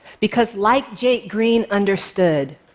because like jake green understood,